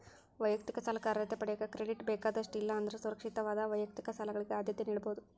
ವೈಯಕ್ತಿಕ ಸಾಲಕ್ಕ ಅರ್ಹತೆ ಪಡೆಯಕ ಕ್ರೆಡಿಟ್ ಬೇಕಾದಷ್ಟ ಇಲ್ಲಾ ಅಂದ್ರ ಸುರಕ್ಷಿತವಾದ ವೈಯಕ್ತಿಕ ಸಾಲಗಳಿಗೆ ಆದ್ಯತೆ ನೇಡಬೋದ್